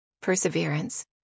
perseverance